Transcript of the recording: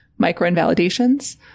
Micro-invalidations